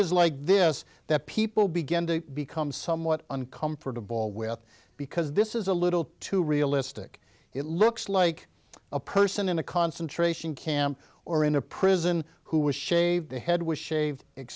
s like this that people began to become somewhat uncomfortable with because this is a little too realistic it looks like a person in a concentration camp or in a prison who was shaved the head was shaved